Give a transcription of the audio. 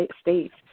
states